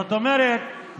זאת אומרת,